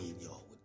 y'all